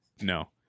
no